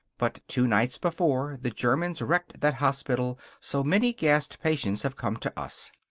but two nights before, the germans wrecked that hospital, so many gassed patients have come to us.